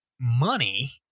money